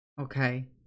okay